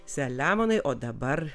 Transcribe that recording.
selemonai o dabar